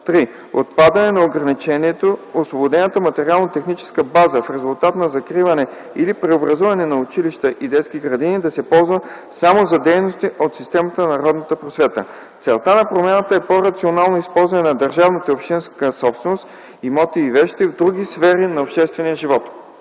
3. Отпадане на ограничението освободената материално-техническа база в резултат на закриване или преобразуване на училища и детски градини да се ползва само за дейности от системата на народната просвета. Целта на промяната е по-рационално използване на държавната и общинска собственост, имоти и вещи, в други сфери на обществения живот.